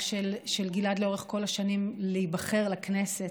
של גלעד לאורך כל השנים להיבחר לכנסת,